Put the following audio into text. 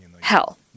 hell